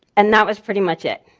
and that was pretty much it,